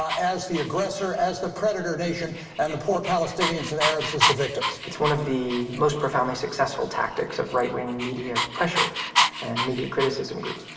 as the aggressor, as the predator nation, and the poor palestinians and arabs as the victims. itis one of the most profoundly successful tactics of right wing media pressure and media criticism groups.